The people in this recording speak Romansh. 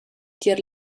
tier